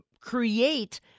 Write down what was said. create